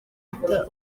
bita